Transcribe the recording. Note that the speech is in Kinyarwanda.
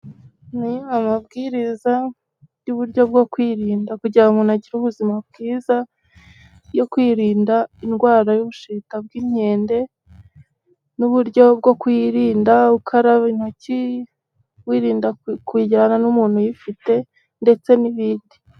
Ni amabwiriza y'uburyo bwo kwirinda kugira ngo umuntu agire ubuzima bwiza, yo kwirinda indwara y'ubushita bw'inkende, n'uburyo bwo kuyirinda ukaraba intoki ,wirinda kwegerana n'umuntu uyifite ndetse n'ibindi.